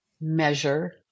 measure